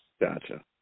Gotcha